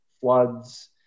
floods